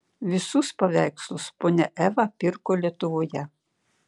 visus paveikslus ponia eva pirko lietuvoje